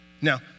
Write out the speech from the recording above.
Now